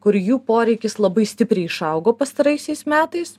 kur jų poreikis labai stipriai išaugo pastaraisiais metais